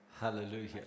Hallelujah